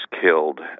killed